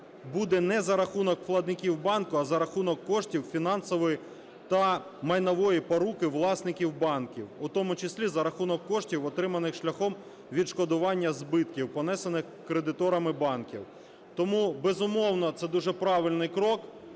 буде не за рахунок платників банку, а за рахунок коштів фінансової та майнової поруки власників банків, у тому числі за рахунок коштів отриманих шляхом відшкодування збитків понесених кредиторами банків. Тому, безумовно, це дуже правильний крок.